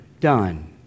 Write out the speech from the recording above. done